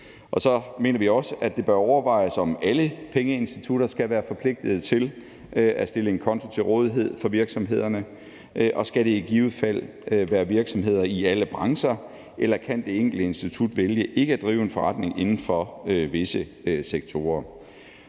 Så mener vi også, det bør overvejes, om alle pengeinstitutter skal være forpligtede til at stille en konto til rådighed for virksomhederne. Og skal det i givet fald være virksomheder i alle brancher, eller kan det enkelte institut vælge ikke at drive en forretning inden for visse sektorer?